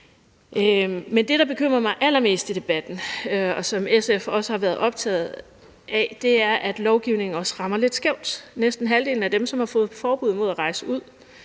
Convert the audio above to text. Men det, der bekymrer mig allermest i debatten, og som SF også har været optaget af, er, at lovgivningen rammer lidt skævt. Næsten halvdelen af dem, som har fået forbud mod at rejse ud,